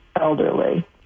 elderly